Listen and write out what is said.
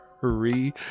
three